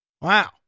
Wow